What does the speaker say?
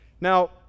Now